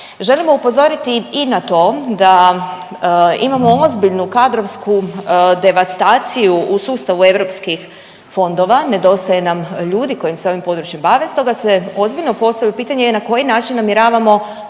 Želimo upozoriti i na to da imamo ozbiljnu kadrovsku devastaciju u sustavu EU fondova, nedostaje nam ljudi koji se ovim područjem bave, stoga se ozbiljno postavljaju pitanje na koji način namjeravamo